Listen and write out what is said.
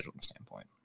standpoint